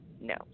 no